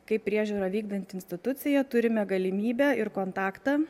kaip priežiūrą vykdanti institucija turime galimybę ir kontaktą